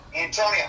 Antonio